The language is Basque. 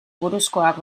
buruzkoak